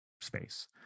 space